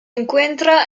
encuentra